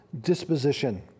disposition